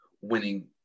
winning